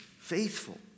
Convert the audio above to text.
faithful